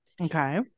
Okay